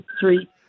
three